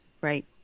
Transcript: Right